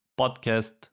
podcast